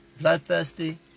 bloodthirsty